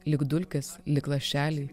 lyg dulkės lyg lašeliai